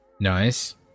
Nice